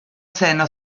seiner